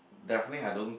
definitely I don't